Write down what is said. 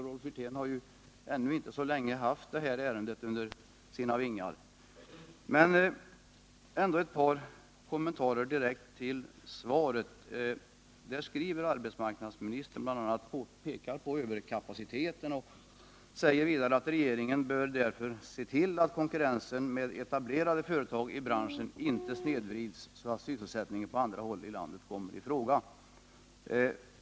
Rolf Wirtén har ju ännu inte haft det här ärendet så länge under sina vingar. Ett par kommentarer vill jag ändå göra med anledning av svaret. Där pekar arbetsmarknadsministern bl.a. på överkapaciteten och säger vidare att regeringen därför måste se till att konkurrensen med etablerade företag i branschen inte snedvrids så att sysselsättningen på andra håll i landet kommer i fara.